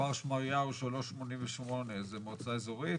כפר שמריהו 3.88, זה מועצה אזורית?